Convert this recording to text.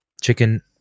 Chicken